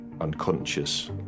unconscious